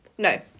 No